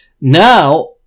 Now